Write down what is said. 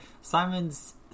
Simon's